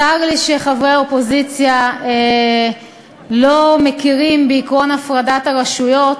צר לי שחברי האופוזיציה לא מכירים בעקרון הפרדת הרשויות,